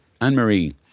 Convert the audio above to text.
Anne-Marie